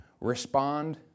respond